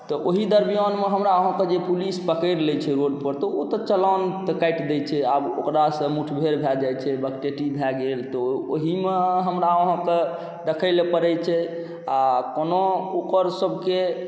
तऽ ओहि दर्मियानमे हमरा अहाँके जे पुलिस पकड़ि लैत छै रोडपर तऽ ओ तऽ चालान तऽ काटि दैत छै आब ओकरासँ मुठभेड़ भए जाइत छै बकटेटी भए गेल तऽ ओहिमे हमरा अहाँके देखय लेल पड़ैत छै आ कोनो ओकरसभके